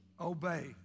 obey